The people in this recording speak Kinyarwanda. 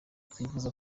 twifuza